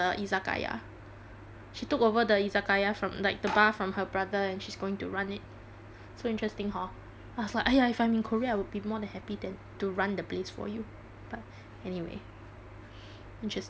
she took the izakaya from like the bar from her brother and she's going to run it so interesting hor I was like !aiya! if I'm in korea I would be more than happy then to run the place for you but anyway interesting lor